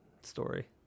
story